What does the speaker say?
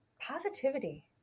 positivity